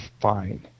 fine